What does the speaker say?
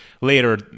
later